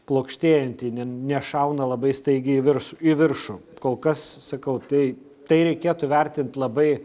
plokštėjanti ne nešauna labai staigiai į virsų į viršų kol kas sakau tai tai reikėtų vertint labai